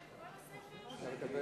אני מקווה